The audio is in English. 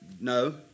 No